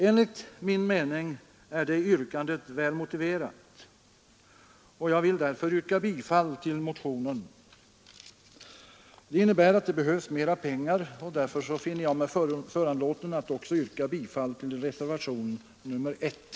Enligt min mening är det kravet väl motiverat, och jag vill därför yrka bifall till motionen 1382.